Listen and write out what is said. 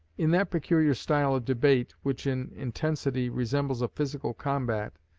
in that peculiar style of debate which in intensity resembles a physical combat,